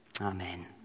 Amen